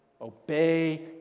Obey